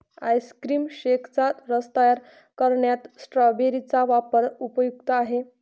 ice cream शेकचा रस तयार करण्यात स्ट्रॉबेरी चा वापर उपयुक्त आहे